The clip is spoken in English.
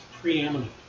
preeminent